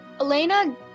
Elena